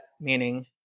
meaning